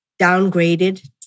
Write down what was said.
downgraded